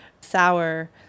sour